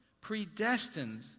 predestined